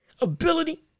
ability